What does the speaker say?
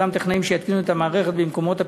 אותם טכנאים שיתקינו את המערכת במקומות הפיקוח,